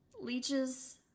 leeches